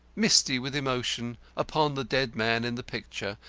misty with emotion, upon the dead man in the picture,